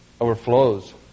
overflows